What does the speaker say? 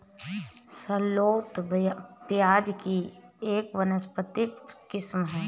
shallot प्याज़ की एक वानस्पतिक किस्म है